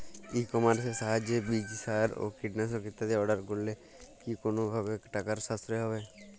ই কমার্সের সাহায্যে বীজ সার ও কীটনাশক ইত্যাদি অর্ডার করলে কি কোনোভাবে টাকার সাশ্রয় হবে?